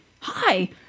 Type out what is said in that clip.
hi